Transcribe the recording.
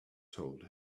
told